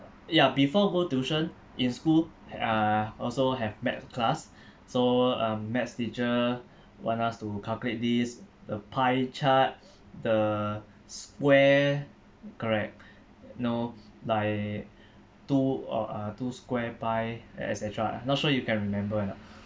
ya before go tuition in school uh also have math class so uh maths teacher want us to calculate these the pie chart the square correct you know like two or uh two square pi et cetera not sure you can remember or not